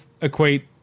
equate